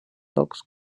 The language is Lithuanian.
toks